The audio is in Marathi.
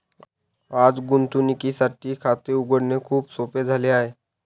आज गुंतवणुकीसाठी खाते उघडणे खूप सोपे झाले आहे